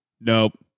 nope